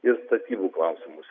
ir statybų klausimus